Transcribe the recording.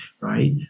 right